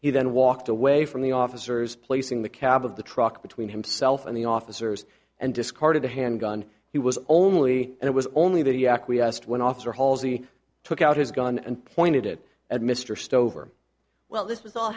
he then walked away from the officers placing the cab of the truck between himself and the officers and discarded the handgun he was only and it was only that he acquiesced when officer hall's he took out his gun and pointed it at mr stover well this was all